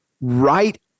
right